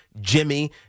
Jimmy